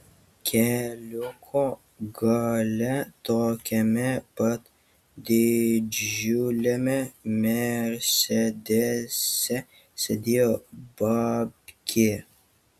keliuko gale tokiame pat didžiuliame mersedese sėdėjo babkė